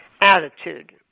attitude